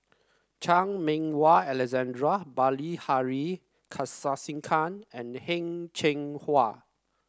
Chan Meng Wah Alexander Bilahari Kausikan and Heng Cheng Hwa